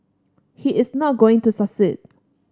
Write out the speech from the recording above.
he is not going to succeed